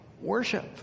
worship